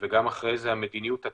אבל גם רק עם זה אי אפשר.